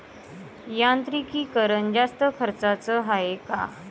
यांत्रिकीकरण जास्त खर्चाचं हाये का?